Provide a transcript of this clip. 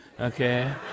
Okay